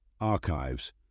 Archives